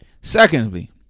Secondly